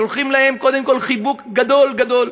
שולחים להם קודם כול חיבוק גדול גדול,